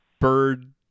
bird